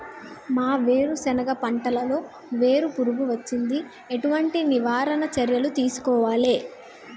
మా వేరుశెనగ పంటలలో వేరు పురుగు వచ్చింది? ఎటువంటి నివారణ చర్యలు తీసుకోవాలే?